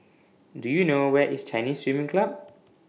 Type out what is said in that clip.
Do YOU know Where IS Chinese Swimming Club